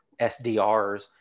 SDRs